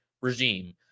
regime